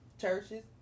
churches